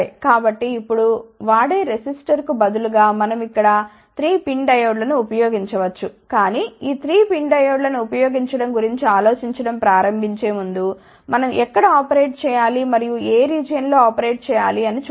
కాబట్టి ఇప్పుడు వాడే రెసిస్టర్కు బదులుగా మనం ఇక్కడ 3 PIN డయోడ్లను ఉపయోగించవచ్చు కాని ఈ 3 PIN డయోడ్లను ఉపయోగించడం గురించి ఆలోచించడం ప్రారంభించే ముందు మనం ఎక్కడ ఆపరేట్ చేయాలి మరియు ఏ రీజియన్ లో ఆపరేట్ చేయాలి అని చూద్దాం